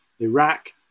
Iraq